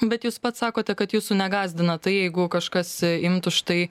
bet jūs pats sakote kad jūsų negąsdina tai jeigu kažkas imtų štai